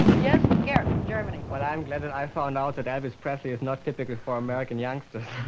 yes, garrett from germany i'm glad that i found out that elvis presley is not typical for american youngsters